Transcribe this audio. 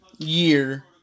Year